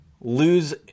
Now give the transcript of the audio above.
lose